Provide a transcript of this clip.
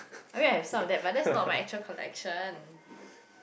I mean I have some of that but that's not my actual collection